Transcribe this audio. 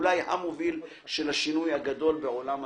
אולי המוביל של השינוי הגדול בעולם הצרכנות.